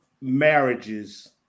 marriages